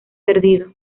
perdido